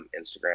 Instagram